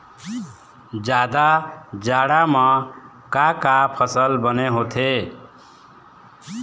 जादा जाड़ा म का का फसल बने होथे?